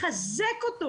זה דבר שאנחנו חייבים לחזק.